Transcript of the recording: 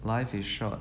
life is short